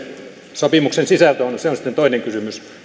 sopimuksen sisältö on se on sitten toinen kysymys